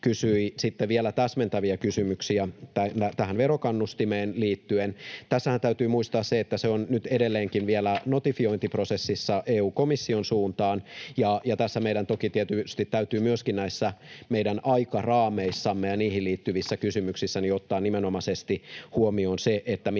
kysyi vielä täsmentäviä kysymyksiä tähän verokannustimeen liittyen. Tässähän täytyy muistaa se, että se on edelleenkin vielä notifiointiprosessissa EU-komission suuntaan, ja tässä meidän tietysti täytyy myöskin näissä meidän aikaraameissamme ja niihin liittyvissä kysymyksissä ottaa nimenomaisesti huomioon se, mitkä